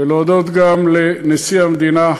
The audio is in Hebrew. ולהודות גם לנשיא המדינה,